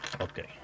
Okay